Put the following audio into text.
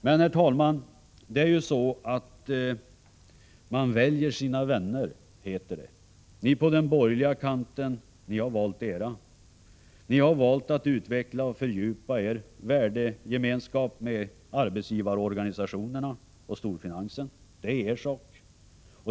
Herr talman! Man väljer sina vänner, heter det. Ni på den borgerliga kanten har valt era. Ni har valt att utveckla och fördjupa er värdegemenskap med arbetsgivarorganisationerna och storfinansen — och det är er sak.